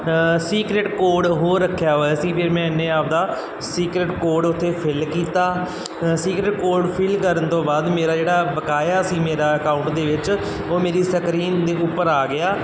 secret code ਹੋਰ ਰੱਖਿਆ ਹੋਇਆ ਸੀ ਫਿਰ ਮੈਨੇ ਆਪਦਾ ਸੀਕਰੇਟ ਕੋਡ ਉੱਥੇ ਫਿੱਲ ਕੀਤਾ ਸੀਕਰੇਟ ਕੋਡ ਫਿੱਲ ਕਰਨ ਤੋਂ ਬਾਅਦ ਮੇਰਾ ਜਿਹੜਾ ਬਕਾਇਆ ਸੀ ਮੇਰਾ ਅਕਾਊਂਟ ਦੇ ਵਿੱਚ ਉਹ ਮੇਰੀ ਸਕਰੀਨ ਦੇ ਉੱਪਰ ਆ ਗਿਆ